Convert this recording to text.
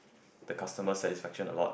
the customer satisfaction a lot